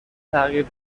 تغییر